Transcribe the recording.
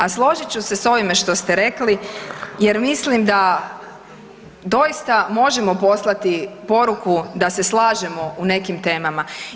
A složit ću se s ovime što ste rekli jer mislim da doista možemo poslati poruku da se slažemo u nekim temama.